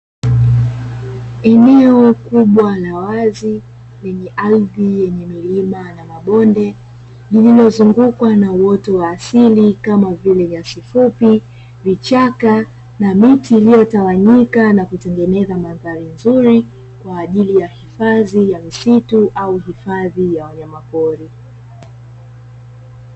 Eneo kubwa la wazi, lenye ardhi yenye milima na mabonde, lililozungukwa na uoto wa asili, kama vile: nyasi fupi, vichaka na miti iliyotawanyika, na kutengeneza mandhari nzuri kwa ajili ya hifadhi ya misitu au hifadhi ya wanyama pori.